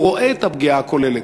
הוא רואה את הפגיעה הכוללת.